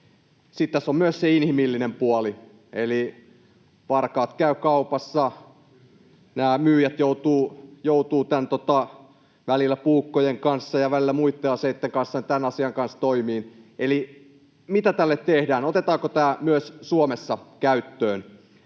Sitten tässä on myös se inhimillinen puoli, eli varkaat käyvät kaupassa: nämä myyjät joutuvat välillä puukkojen kanssa ja välillä muitten aseitten kanssa tämän asian kanssa toimimaan. Eli mitä tälle tehdään? Otetaanko tämä myös Suomessa käyttöön?